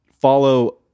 follow